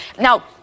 Now